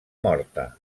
morta